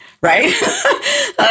right